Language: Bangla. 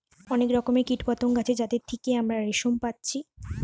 অনেক রকমের কীটপতঙ্গ আছে যাদের থিকে আমরা রেশম পাচ্ছি